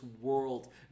world